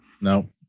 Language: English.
No